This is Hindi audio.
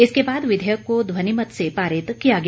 इसके बाद विधेयक को ध्वनिमत से पारित किया गया